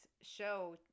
show